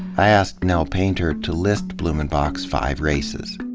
i asked nell pa inter to list blumenbach's five races.